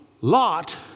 Lot